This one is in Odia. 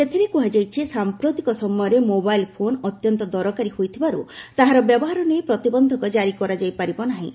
ସେଥିରେ କୁହାଯାଇଛି ସାମ୍ପ୍ରତିକ ସମୟରେ ମୋବାଇଲ୍ ଫୋନ୍ ଅତ୍ୟନ୍ତ ଦରକାରୀ ହୋଇଥିବାରୁ ତାହାର ବ୍ୟବହାର ନେଇ ପ୍ରତିବନ୍ଧକ ଜାରି କରାଯାଇପାରିବ ନାହିଁ